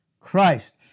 Christ